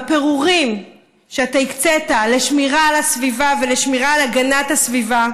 בפירורים שאתה הקצית לשמירה על הסביבה ולשמירה על הגנת הסביבה